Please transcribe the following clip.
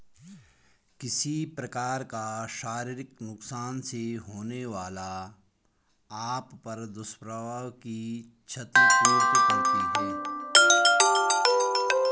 किसी प्रकार का शारीरिक नुकसान से होने वाला आय पर दुष्प्रभाव की क्षति पूर्ति करती है